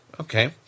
Okay